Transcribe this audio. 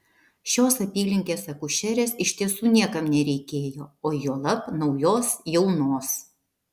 šios apylinkės akušerės iš tiesų niekam nereikėjo o juolab naujos jaunos